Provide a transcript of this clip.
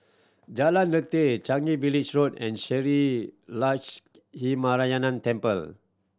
Jalan Lateh Changi Village Road and Shree Lakshminarayanan Temple